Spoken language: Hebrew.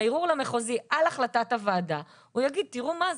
בערעור למחוזי על החלטת הוועדה הוא יגיד 'תראו מה זה,